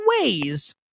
ways